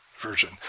version